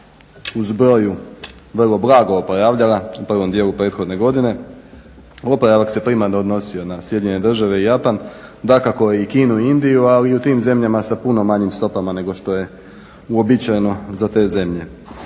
zbroju vrlo blago oporavljala u prvom dijelu prethodne godine. Oporavak se primarno odnosio na SAD i Japan, dakako i Kinu i Indiju. Ali i u tim zemljama sa puno manjim stopama nego što je uobičajeno za te zemlje.